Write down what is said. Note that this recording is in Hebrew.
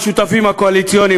השותפים הקואליציוניים,